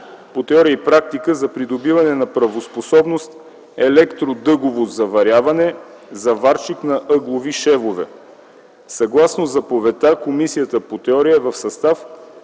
по теория и практика за придобиване на правоспособност „електро-дъгово заваряване, заварчик на ъглови шевове”. Съгласно заповедта, Комисията по теория е в състав: